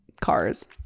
cars